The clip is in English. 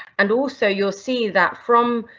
and also you'll see that from,